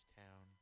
town